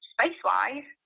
Space-wise